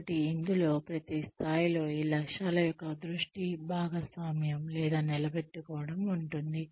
కాబట్టి ఇందులో ప్రతి స్థాయిలో ఈ లక్ష్యాల యొక్క దృష్టి భాగస్వామ్యం లేదా నిలబెట్టుకోవడం ఉంటుంది